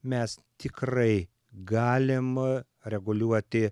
mes tikrai galim reguliuoti